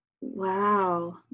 Wow